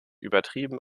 übertrieben